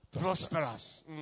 Prosperous